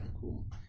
cool